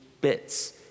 bits